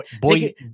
boy